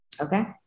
Okay